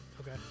Okay